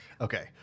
Okay